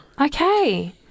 Okay